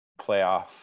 playoff